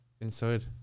Inside